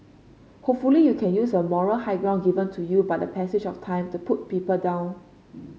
hopefully you can use a moral high ground given to you by the passage of time to put people down